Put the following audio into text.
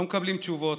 לא מקבלים תשובות,